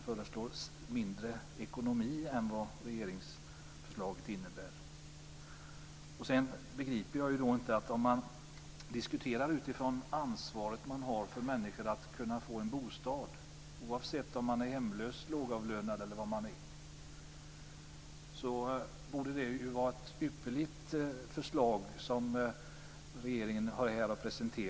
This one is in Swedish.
För den som i sin diskussion utgår från ett ansvar för att se till att människor ska kunna få en bostad, oavsett om de är hemlösa, lågavlönade e.d., borde det förslag som regeringen har presenterat vara ypperligt.